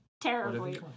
terribly